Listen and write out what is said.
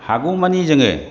हागौमानि जोङो